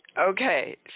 okay